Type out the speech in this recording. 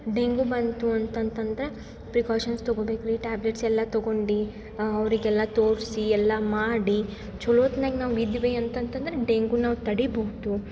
dengue ಬಂತು ಅಂತಂತಂದ್ರೆ precautions ತೊಗೋಬೇಕು ರೀ ಟ್ಯಾಬ್ಲೆಟ್ಸ್ ಎಲ್ಲ ತಗೊಂಡು ಅವರಿಗೆಲ್ಲ ತೋರಿಸಿ ಎಲ್ಲ ಮಾಡಿ ಚೊಲೋತ್ನಾಗೆ ನಾವು ಇದ್ವೀ ಅಂತಂತಂದ್ರೆ ಡೆಂಗೂ ನಾವು ತಡಿಬೋದು